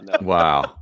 Wow